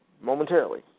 momentarily